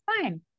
fine